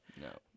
No